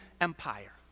Empire